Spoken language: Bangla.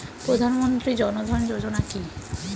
প্রধানমন্ত্রী জনধন যোজনা কি?